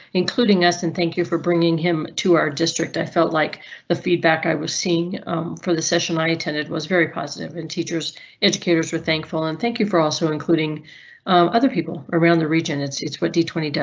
including us and thank you for bringing him to our district. i felt like the feedback i was seeing for the session i attended was very positive and teachers educators were thankful. and thank you for also including other people around the region. it's it's what d two zero does,